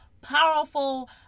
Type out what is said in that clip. powerful